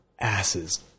asses